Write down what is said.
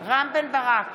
רם בן ברק,